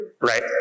right